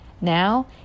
Now